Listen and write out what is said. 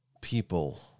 people